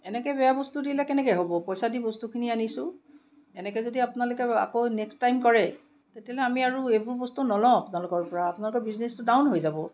এনেকে বেয়া বস্তু দিলে কেনেকে হ'ব পইচা দি বস্তু কিনি আনিছোঁ এনেকে যদি আপোনালোকে আকৌ নেক্সট টাইম কৰে তেতিয়াহ'লে আমি আৰু এইবোৰ বস্তু নলওঁ আপোনালোকৰ পৰা আপোনালোকৰ বিজনেছটো ডাউন হৈ যাব